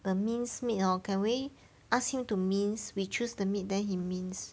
the minced meat or can we ask him to mince we choose the meat then he mince